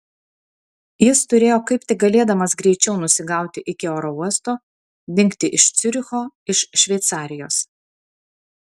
jis turėjo kaip tik galėdamas greičiau nusigauti iki oro uosto dingti iš ciuricho iš šveicarijos